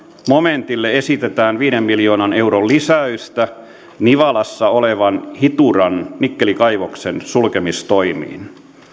momentille esitetään viiden miljoonan euron lisäystä nivalassa olevan hituran nikkelikaivoksen sulkemistoimiin